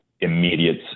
immediate